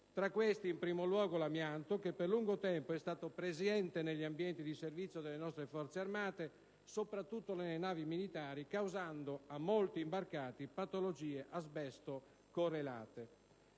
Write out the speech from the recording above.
tra questi in primo luogo l'amianto, che per lungo tempo è stato presente negli ambienti di servizio delle nostre Forze armate, soprattutto nelle navi militari, causando a molti militari imbarcati patologie asbesto correlate.